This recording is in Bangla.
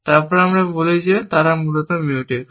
তারপর আমরা বলি যে তারা মূলত মিউটেক্স